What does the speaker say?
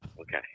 Okay